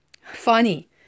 funny